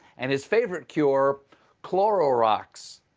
and his favorite cure cloro-rox.